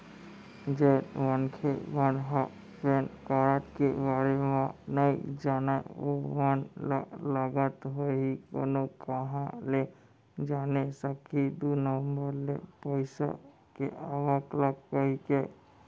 जेन मनखे मन ह पेन कारड के बारे म नइ जानय ओमन ल लगत होही कोनो काँहा ले जाने सकही दू नंबर ले पइसा के आवक ल कहिके